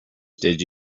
did